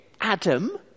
Adam